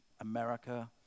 America